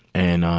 and um